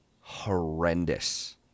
horrendous